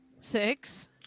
Six